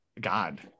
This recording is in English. God